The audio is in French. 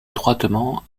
étroitement